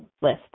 list